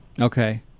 Okay